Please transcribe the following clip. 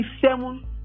seven